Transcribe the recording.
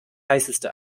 heißeste